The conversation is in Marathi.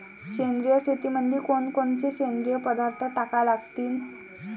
सेंद्रिय शेतीमंदी कोनकोनचे सेंद्रिय पदार्थ टाका लागतीन?